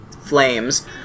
flames